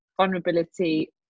vulnerability